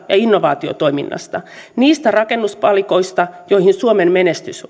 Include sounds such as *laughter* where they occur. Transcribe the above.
ja innovaatiotoiminnasta niistä rakennuspalikoista joihin suomen menestys *unintelligible*